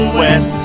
wet